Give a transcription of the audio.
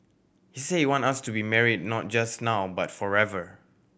he said he wants us to be married not just now but forever